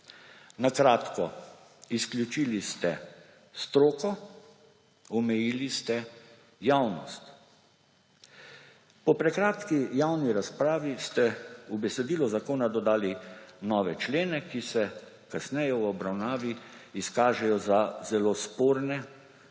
Na kratko, izključili ste stroko, omejili ste javnost. Po prekratki javni razpravi ste v besedilo zakona dodali nove člene, ki se kasneje v obravnavi izkažejo za zelo sporne,